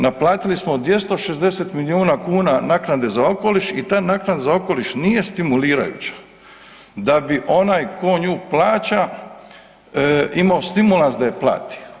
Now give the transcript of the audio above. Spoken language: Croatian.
Naplatili smo 260 milijuna kuna naknade za okoliš i ta naknada za okoliš nije stimulirajuća da bi onaj tko nju plaća imao stimulans da je plati.